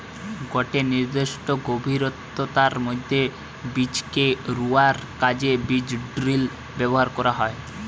গটে নির্দিষ্ট গভীরতার মধ্যে বীজকে রুয়ার কাজে বীজড্রিল ব্যবহার করা হয়